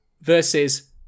versus